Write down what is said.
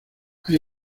hay